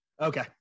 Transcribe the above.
Okay